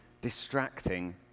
distracting